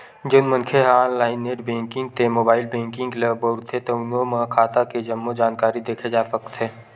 जउन मनखे ह ऑनलाईन नेट बेंकिंग ते मोबाईल बेंकिंग ल बउरथे तउनो म खाता के जम्मो जानकारी देखे जा सकथे